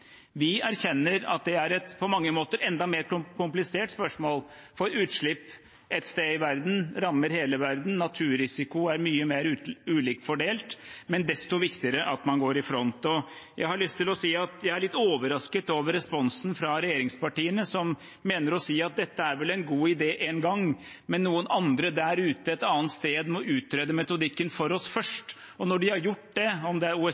Vi erkjenner at det på mange måter er et enda mer komplisert spørsmål, for utslipp ett sted i verden rammer hele verden. Naturrisiko er mye mer ulikt fordelt, men desto viktigere er det at man går i front. Jeg har lyst til å si at jeg er litt overrasket over responsen fra regjeringspartiene, som mener å si at dette er vel en god idé en gang, men noen andre der ute et annet sted må utrede metodikken for oss først. Og når de har gjort det – om det er